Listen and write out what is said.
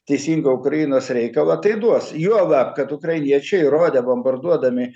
teisingo ukrainos reikalą tai duos juolab kad ukrainiečiai įrodė bombarduodami